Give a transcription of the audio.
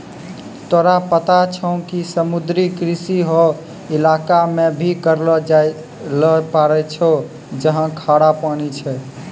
तोरा पता छौं कि समुद्री कृषि हौ इलाका मॅ भी करलो जाय ल पारै छौ जहाँ खारा पानी छै